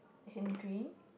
is in green